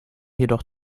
jedoch